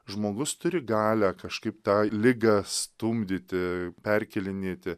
žmogus turi galią kažkaip tą ligą stumdyti perkėlinėti